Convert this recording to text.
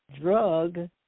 drug